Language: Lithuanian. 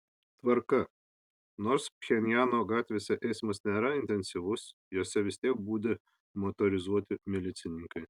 tvarka nors pchenjano gatvėse eismas nėra intensyvus jose vis tiek budi motorizuoti milicininkai